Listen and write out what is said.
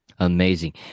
Amazing